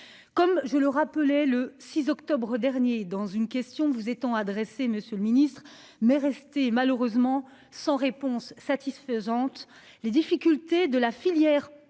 Comme je le rappelais le 6 octobre dernier dans une question vous étant adressée, Monsieur le Ministre, mais rester malheureusement sans réponse satisfaisante les difficultés de la filière endives